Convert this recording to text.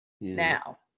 now